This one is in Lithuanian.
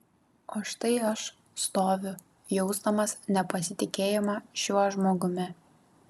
o štai aš stoviu jausdamas nepasitikėjimą šiuo žmogumi